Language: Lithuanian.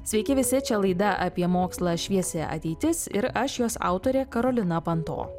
sveiki visi čia laida apie mokslą šviesi ateitis ir aš jos autorė karolina panto